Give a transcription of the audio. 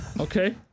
Okay